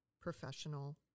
professional